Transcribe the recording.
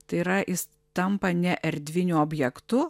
tai yra jis tampa ne erdviniu objektu